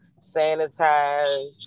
sanitize